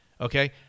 Okay